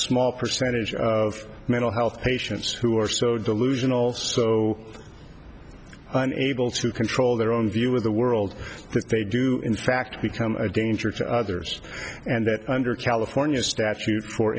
small percentage of mental health patients who are so delusional so unable to control their own view of the world that they do in fact become a danger to others and that under california statute for